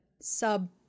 sub-